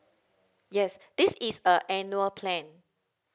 yes this is a annual plan